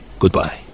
goodbye